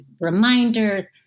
reminders